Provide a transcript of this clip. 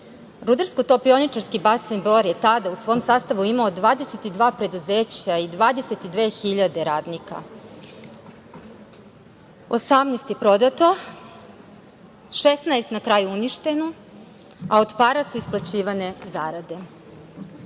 Rudarsko-topioničarski basen Bor je tada u svom sastavu imao 22 preduzeća i 22.000 radnika. Osamnaest je prodato, 16 na kraju uništeno, a od para su isplaćivane zarade.